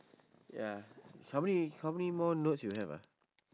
ya how many how many more notes you have ah